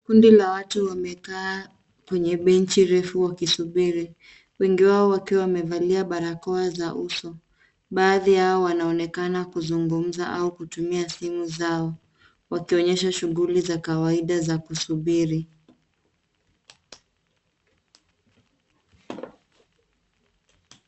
Kundi la watu wamekaa kwenye benchi refu wakisubiri wengi wao wakiwa wamevalia barakoa za uso. Baadhi yao wanaonekana kuzungumza au kutumia simu zao wakionyesha shughuli za kawaida za kusubiri.